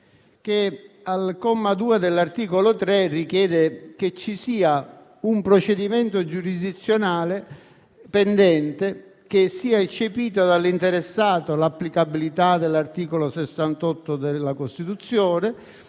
che all'articolo 3, comma 2, richiede che ci sia un procedimento giurisdizionale pendente e sia eccepita dall'interessato l'applicabilità dell'articolo 68 della Costituzione;